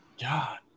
God